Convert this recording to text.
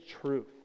truth